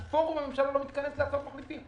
כי פורום הממשלה לא מתכנס להצעת מחליטים.